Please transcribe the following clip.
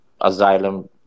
asylum